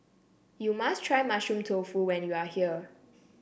you must try Mushroom Tofu when you are here